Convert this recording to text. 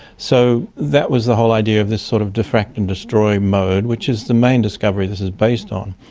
so that was the whole idea of this sort of diffract-and-destroy mode, which is the main discovery this is based on.